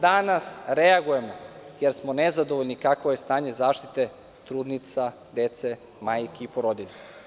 Danas reagujemo jer smo nezadovoljni kakvo je stanje zdravstvene zaštite trudnica, dece, majki i porodilja.